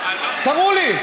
תראו לי.